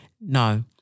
No